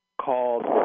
called